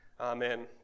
Amen